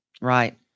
Right